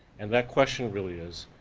and that question really is,